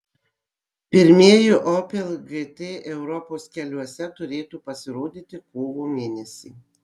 pirmieji opel gt europos keliuose turėtų pasirodyti kovo mėnesį